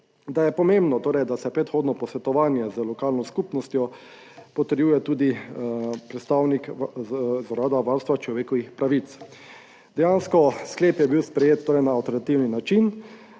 da je pomembno torej, da se predhodno posvetovanje z lokalno skupnostjo potrjuje tudi predstavnik Urada varstva človekovih pravic. Dejansko sklep je bil sprejet torej na alternativni način,